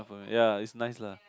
ya is nice lah